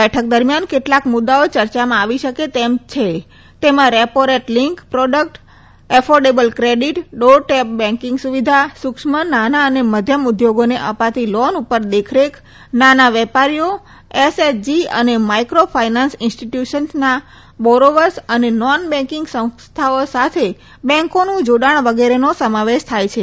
બેઠક દરમિયાન કેટલાક મુદ્દાઓ ચર્ચામાં આવી શકે તેમ છે જેમાં repo rate link product affordable credit doorstep banking સુવિધા સુક્ષ્મ નાના અને મધ્યમ ઉદ્યોગોને અપાતી લોન ઉપર દેખરેખ નાના વેપારીઓ એસએચજી અને માઈક્રો ફાયનાન્સ ઈન્સ્ટીટયુસન્સના બોરોવસ અને નોંન બેકીંગ સંસ્થાઓ સાથે બેંકોનું જોડાણ વગેરેનો સમાવેશ થાય છે